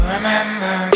Remember